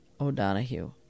O'Donohue